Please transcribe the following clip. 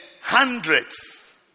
hundreds